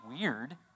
weird